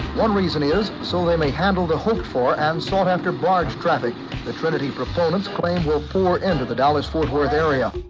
one reason is so they may handle the hoped-for and sought-after barge traffic the trinity proponents claim will pour into the dallas-fort worth area.